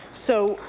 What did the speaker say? so